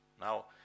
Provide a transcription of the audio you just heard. Now